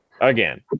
Again